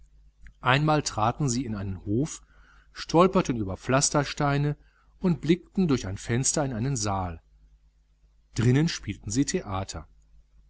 einmal traten sie in einen hof stolperten über pflastersteine und blickten durch ein fenster in einen saal drinnen spielten sie theater